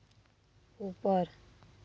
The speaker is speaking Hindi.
ऊपर